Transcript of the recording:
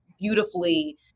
beautifully